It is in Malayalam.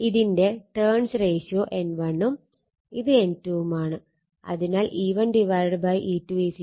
ഇതിന്റെ ടേൺസ് റേഷ്യോ N1 ഉം ഇത് N2 ഉം ആണ്